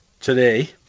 today